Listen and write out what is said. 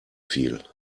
viel